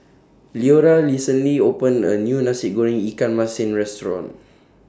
Leora recently opened A New Nasi Goreng Ikan Masin Restaurant